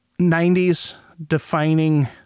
90s-defining